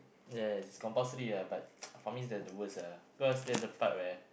yes it's compulsory ah but for me that's the worst ah cause there's the part where